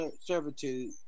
servitude